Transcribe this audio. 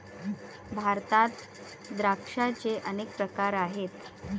भारतात द्राक्षांचे अनेक प्रकार आहेत